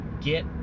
get